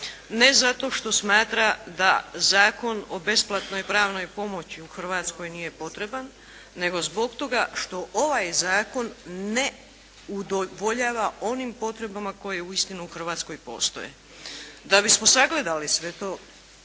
Ne zato što smatra da Zakon o besplatnoj pravnoj pomoći u Hrvatskoj nije potreban, nego zbog toga što ovaj Zakon ne udovoljava onim potrebama koje uistinu u Hrvatskoj postoje. Da bismo sagledali sve to